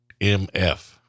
MF